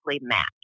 match